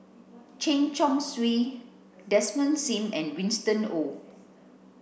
Chen Chong Swee Desmond Sim and Winston Oh